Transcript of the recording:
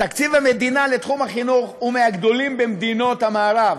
תקציב המדינה לתחום החינוך הוא מהגדולים במדינות המערב,